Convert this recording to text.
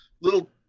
little –